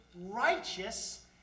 righteous